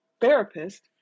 therapist